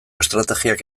estrategiak